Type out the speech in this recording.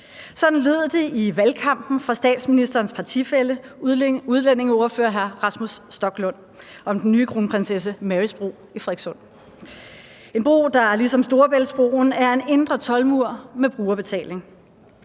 Sådan lød det i valgkampen fra statsministerens partifælle, udlændingeordfører hr. Rasmus Stoklund, om den nye Kronprinsesse Marys Bro i Frederikssund. Det er en bro, der ligesom Storebæltsbroen er en indre toldmur med brugerbetaling.